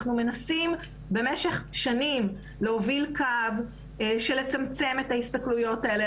אנחנו מנסים במשך שנים להוביל קו לצמצם את ההסתכלויות האלה,